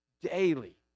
daily